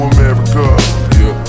America